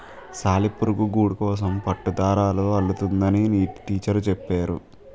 సాలిపురుగు గూడుకోసం పట్టుదారాలు అల్లుతుందని టీచరు చెప్పేరు